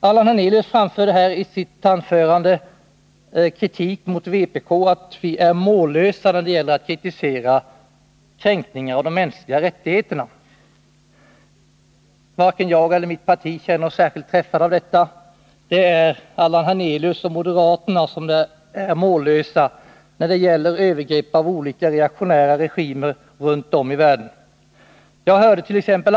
Allan Hernelius framförde här i sitt anförande kritik mot vpk och sade att vi är mållösa när det gäller att kritisera kränkningar av de mänskliga rättigheterna. Varken jag eller mitt parti känner oss särskilt träffade av detta. Det är i stället Allan Hernelius och moderaterna som är mållösa när det gäller att kritisera övergrepp av olika reaktionära regimer runt om i världen. Jag hördet.ex.